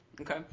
Okay